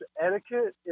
etiquette